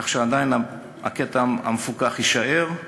כך שעדיין הקטע המפוקח יישאר,